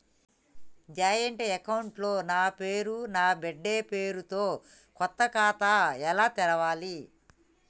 Joint account లో నా పేరు నా బిడ్డే పేరు తో కొత్త ఖాతా ఎలా తెరవాలి?